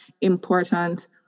important